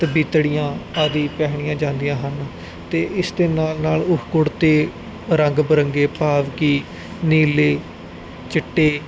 ਤਵੀਤੜੀਆਂ ਆਦਿ ਪਹਿਨੀਆਂ ਜਾਂਦੀਆਂ ਹਨ ਅਤੇ ਇਸ ਦੇ ਨਾਲ ਨਾਲ ਉਹ ਕੁੜਤੇ ਰੰਗ ਬਰੰਗੇ ਭਾਵ ਕਿ ਨੀਲੇ ਚਿੱਟੇ